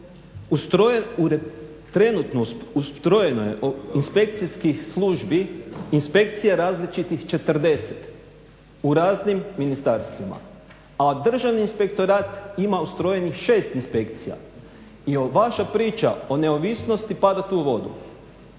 ustrojeno je inspekcijskih službi inspekcija različitih 40 u raznim ministarstvima, a Državni inspektorat ima ustrojenih 6 inspekcija. I vaša priča o neovisnosti pada tu u vodu,